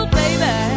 baby